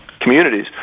communities